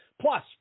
Plus